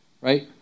right